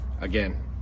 Again